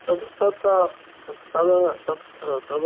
तद् तत् तद् तद्